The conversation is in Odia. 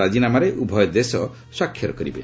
ରାଜିନାମାରେ ଉଭୟ ଦେଶ ସ୍ୱାକ୍ଷର କରିବେ